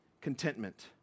contentment